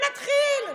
ממה נתחיל?